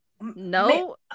No